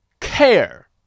care